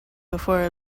before